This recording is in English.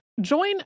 Join